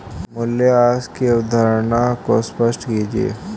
मूल्यह्रास की अवधारणा को स्पष्ट कीजिए